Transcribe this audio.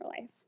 life